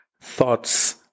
thoughts